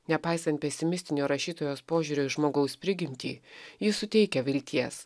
nepaisant pesimistinio rašytojos požiūrio į žmogaus prigimtį ji suteikia vilties